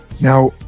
Now